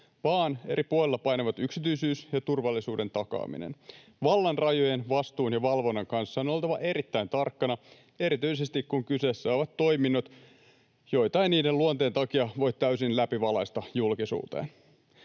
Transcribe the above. Vaa’an eri puolilla painavat yksityisyys ja turvallisuuden takaaminen. Vallan rajojen, vastuun ja valvonnan kanssa on oltava erittäin tarkkana erityisesti, kun kyseessä ovat toiminnot, joita ei niiden luonteen takia voi täysin läpivalaista julkisuuteen.